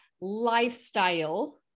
lifestyle